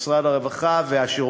משרד החינוך ומשרד הרווחה והשירותים